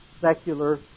secular